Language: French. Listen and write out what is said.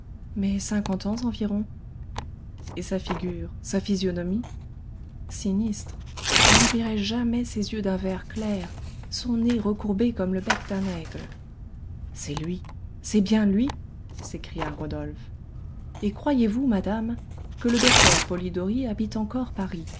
mais cinquante ans environ et sa figure sa physionomie sinistre je n'oublierai jamais ses yeux d'un vert clair son nez recourbé comme le bec d'un aigle c'est lui c'est bien lui s'écria rodolphe et croyez-vous madame que le docteur polidori habite encore paris